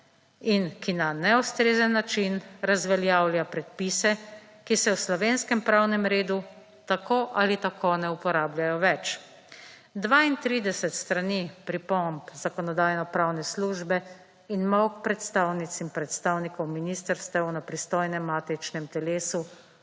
in ki na neustrezen način razveljavlja predpise, ki se v slovenskem pravnem redu tako ali tako ne uporabljajo več. 32 strani pripomb Zakonodajno-pravne službe in molk predstavnic in predstavnikov ministrstev na pristojnem matičnem telesu